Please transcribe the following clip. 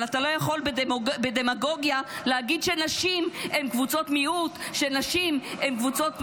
אבל אתה לא יכול בדמגוגיה להגיד שנשים הן קבוצות מיעוט,